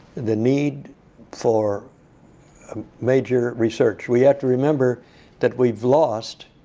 the need for um major research. we have to remember that we've lost,